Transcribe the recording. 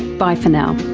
bye for now